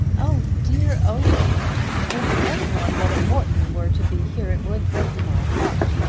oh dear, oh dear if any one but a morton were to be here it would break my heart.